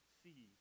see